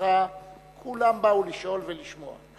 אצלך כולם באו לשאול ולשמוע.